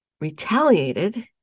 retaliated